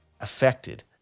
affected